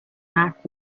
حرف